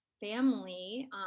family